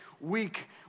weak